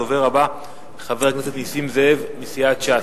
הדובר הבא הוא חבר הכנסת נסים זאב מסיעת ש"ס.